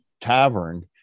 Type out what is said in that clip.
Tavern